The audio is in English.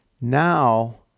now